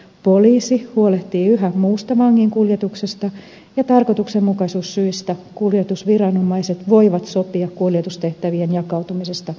poliisi huolehtii yhä muusta vanginkuljetuksesta ja tarkoituksenmukaisuussyistä kuljetusviranomaiset voivat sopia kuljetustehtävien jakautumisesta toisinkin